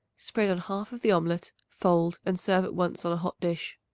spread on half of the omelet, fold and serve at once on a hot dish.